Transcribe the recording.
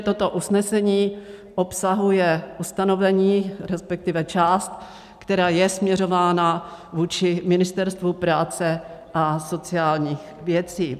Toto usnesení ještě obsahuje ustanovení, respektive část, která je směřována vůči Ministerstvu práce na sociálních věcí.